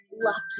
lucky